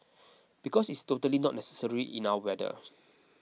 because it is totally not necessary in our weather